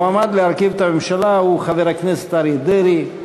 המועמד להרכיב את הממשלה הוא חבר הכנסת אריה דרעי.